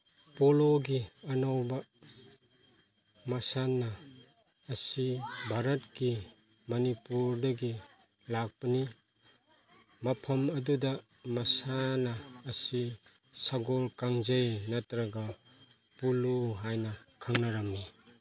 ꯄꯣꯂꯣꯒꯤ ꯑꯅꯧꯕ ꯃꯁꯥꯟꯅ ꯑꯁꯤ ꯚꯥꯔꯠꯀꯤ ꯃꯅꯤꯄꯨꯔꯗꯒꯤ ꯂꯥꯛꯄꯅꯤ ꯃꯐꯝ ꯑꯗꯨꯗ ꯃꯁꯥꯟꯅ ꯑꯁꯤ ꯁꯒꯣꯜ ꯀꯥꯡꯖꯩ ꯅꯠꯇ꯭ꯔꯒ ꯄꯣꯂꯣ ꯍꯥꯏꯅ ꯈꯪꯅꯔꯝꯃꯤ